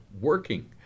working